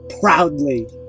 proudly